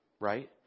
right